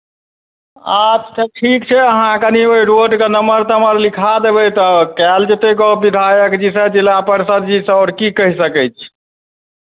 आब तऽ ठीक छै अहाँ कनी ओहि रोडके नम्बर तम्बर लिखा देबै तऽ कयल जेतै गप विधायक जीसँ जिला परिषद जीसँ आओर की कहि सकै छी